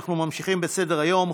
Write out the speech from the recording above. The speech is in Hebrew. אנחנו ממשיכים בסדר-היום.